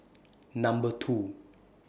Number two